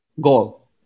goal